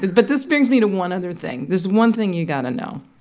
but this brings me to one other thing. there's one thing you've got to know.